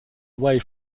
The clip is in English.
away